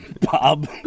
Bob